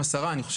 תודה על